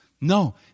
No